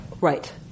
Right